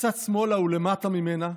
קצת שמאלה ולמטה ממנה,